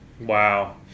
wow